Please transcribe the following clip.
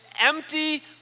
empty